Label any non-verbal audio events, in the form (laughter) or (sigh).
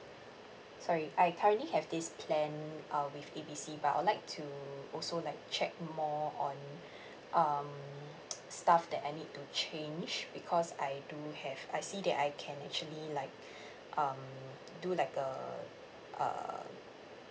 sorry I currently have this plan uh with A B C but I would like to also like check more on um (noise) stuff that I need to change because I do have I see that I can actually like um do like a uh